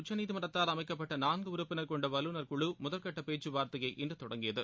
உச்சநீதிமன்றத்தால் அமைக்கப்பட்ட நான்கு உறுப்பினர் கொண்ட வல்லுநர் குழு முதல்கட்ட பேச்சுவார்த்தையை இன்று தொடங்கியது